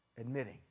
admitting